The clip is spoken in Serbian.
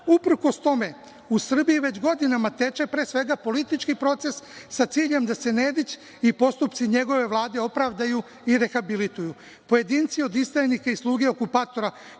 tome, u Srbiji već nekoliko godina teče, pre svega, politički proces, sa ciljem da se Nedić i postupci njegove Vlade opravdaju i rehabilituju. Pojedinci od izdajnika i sluge okupatora,